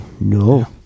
no